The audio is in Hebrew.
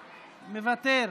מוותר.